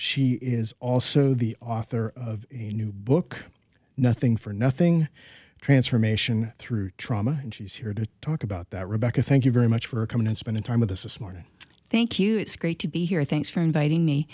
she is also the author of a new book nothing for nothing transformation through trauma and she's here to talk about that rebecca thank you very much for coming and spending time with us this morning thank you it's great to be here thanks for inviting